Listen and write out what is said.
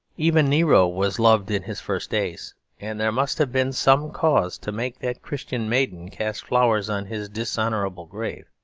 even nero was loved in his first days and there must have been some cause to make that christian maiden cast flowers on his dishonourable grave.